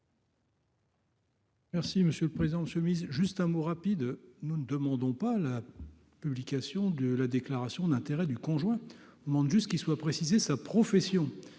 monsieur le président, chemise, juste un mot rapide, nous ne demandons pas la publication de la déclaration d'intérêts du conjoint, on demande juste qu'il soit précisé sa profession